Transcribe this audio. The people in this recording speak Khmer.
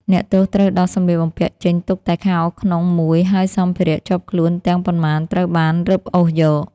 អ្នកទោសត្រូវដោះសម្លៀកបំពាក់ចេញទុកតែខោក្នុងមួយ ហើយសម្ភារៈជាប់ខ្លួន ទាំងប៉ុន្មានត្រូវបានរឹបអូសយក។